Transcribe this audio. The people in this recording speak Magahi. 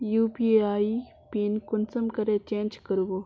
यु.पी.आई पिन कुंसम करे चेंज करबो?